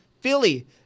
Philly